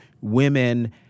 women